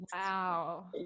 wow